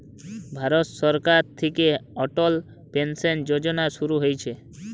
ভারত সরকার থিকে অটল পেনসন যোজনা শুরু হইছে